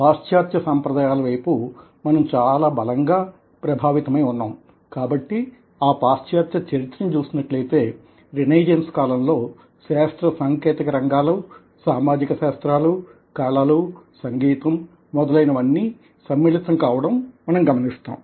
పాశ్చాత్య సంప్రదాయాల వైపు మనం చాలా బలంగా ప్రభావితమై ఉన్నాం కాబట్టి ఆ పాశ్చాత్య చరిత్రను చూసినట్లయితే రినైజెన్స్ కాలంలో శాస్త్ర సాంకేతిక రంగాలు సామాజిక శాస్త్రాలు కళలు సంగీతం మొదలైనవన్నీ సమ్మిళితం కావడం మనం గమనిస్తాం